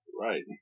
Right